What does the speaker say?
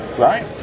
Right